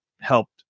helped